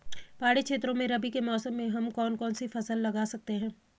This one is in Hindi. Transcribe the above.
पहाड़ी क्षेत्रों में रबी के मौसम में हम कौन कौन सी फसल लगा सकते हैं?